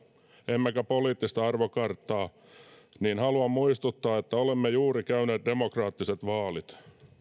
emmekä poliittista arvokarttaa niin haluan muistuttaa että olemme juuri käyneet demokraattiset vaalit